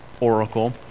oracle